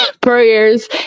prayers